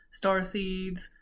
starseeds